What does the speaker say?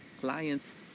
clients